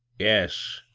yes.